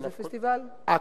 כן,